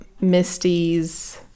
Misty's